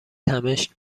تمشک